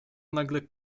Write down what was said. nagle